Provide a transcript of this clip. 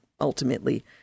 ultimately